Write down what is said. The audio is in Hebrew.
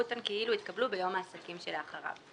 אותן כאילו התקבלו ביום העסקים שלאחריו."